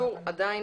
בקיצור, עדיין